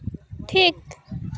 ᱴᱷᱤᱠ